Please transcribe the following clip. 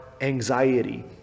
anxiety